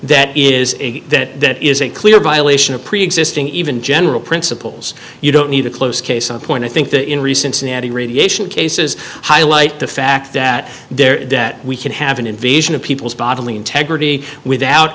something that is that is a clear violation of preexisting even general principles you don't need a close case in point i think the in recent seattle radiation cases highlight the fact that there that we can have an invasion of people's bodily integrity without